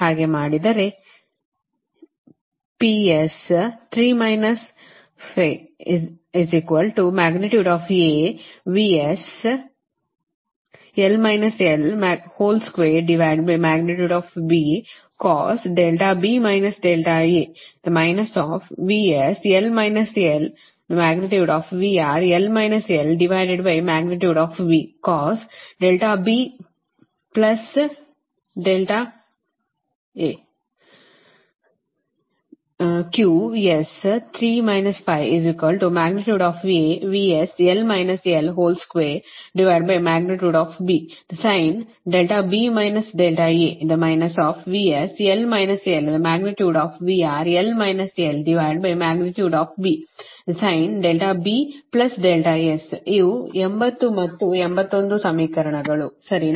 ಹಾಗೆ ಮಾಡಿದರೆ ಇವು 80 ಮತ್ತು 81 ಸಮೀಕರಣಗಳು ಸರಿನಾ